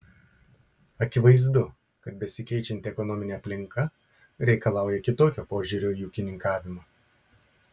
akivaizdu kad besikeičianti ekonominė aplinka reikalauja kitokio požiūrio į ūkininkavimą